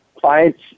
clients